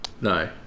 No